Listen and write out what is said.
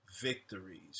victories